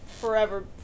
forever